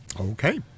Okay